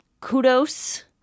kudos